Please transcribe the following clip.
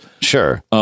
Sure